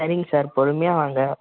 சரிங்க சார் பொறுமையாக வாங்க